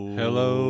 Hello